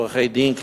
בעריכת דין,